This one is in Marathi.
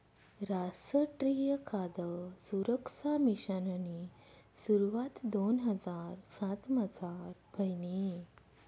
रासट्रीय खाद सुरक्सा मिशननी सुरवात दोन हजार सातमझार व्हयनी